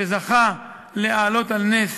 שזכה להעלות על נס